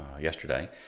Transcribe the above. yesterday